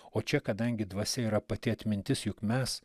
o čia kadangi dvasia yra pati atmintis juk mes